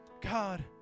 God